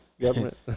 government